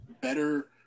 better